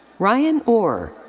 ryan orr.